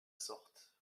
sorte